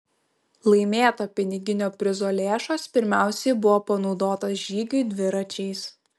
laimėto piniginio prizo lėšos pirmiausiai buvo panaudotos žygiui dviračiais